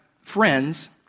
friends